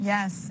Yes